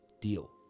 deal